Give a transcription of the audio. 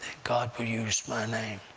god would use my name!